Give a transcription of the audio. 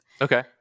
Okay